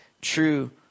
true